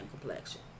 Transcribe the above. complexion